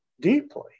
deeply